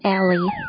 Ellie